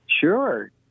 Sure